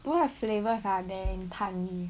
what flavours are there in 探鱼